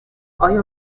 آیا